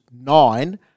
nine